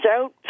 out